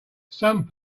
some